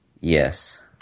Yes